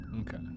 Okay